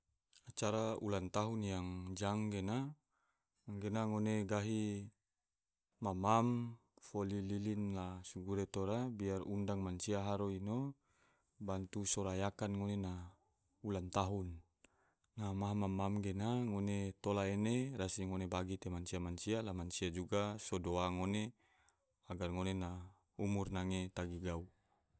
Cara ulang tahun yang jang gena, gena ngone gahi mam-mam, foli lilin la sgure tora, la mansia haro ino bantu so rayakan ngone na ulang tahun. maha mam-mam gena ngone tola ene rasi ngone bagi te mansia-mansia la mansia juga so doa ngone agar ngone na umur tagi gau